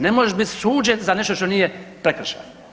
Ne možeš bit suđen za nešto što nije prekršajno.